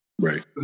Right